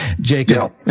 Jacob